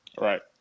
Right